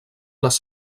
les